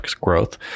growth